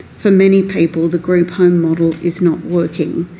for many people the group home model is not working.